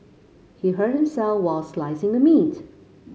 he hurt himself while slicing the meat